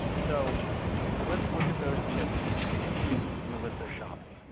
so let's look at those tips to keep melissa shopping.